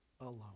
alone